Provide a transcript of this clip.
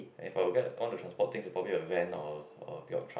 and if I will get one to transport things it will probably be a van or uh be a truck